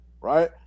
right